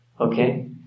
Okay